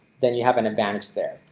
then you have an advantage there.